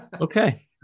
Okay